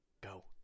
go